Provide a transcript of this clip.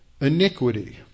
iniquity